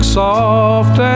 soft